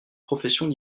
professions